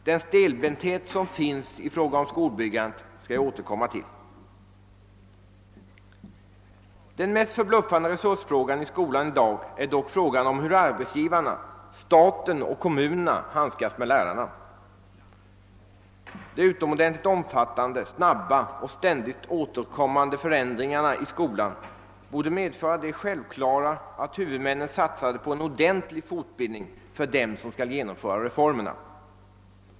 Den stelbenthet som finns i fråga om skolbyggandet skall jag återkomma Den mest förbluffande resursfrågan i skolan i dag är dock frågan om hur arbetsgivaren, staten och kommunerna, handskas med lärarna. De utomordentligt omfattande, snabba och ständigt återkommande förändringarna i skolan borde ha som självklar följd att huvudmännen satsade på en ordentlig fortbildning för dem som skall genomföra reformerna.